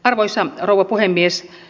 arvoisa rouva puhemies